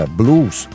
blues